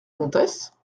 comtesse